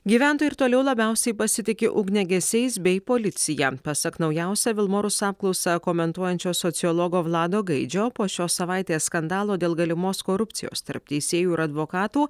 gyventojai ir toliau labiausiai pasitiki ugniagesiais bei policija pasak naujausią vilmorus apklausą komentuojančio sociologo vlado gaidžio po šios savaitės skandalo dėl galimos korupcijos tarp teisėjų ir advokatų